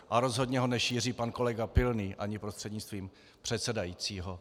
A rozhodně ho nešíří pan kolega Pilný, prostřednictvím předsedající.